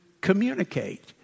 communicate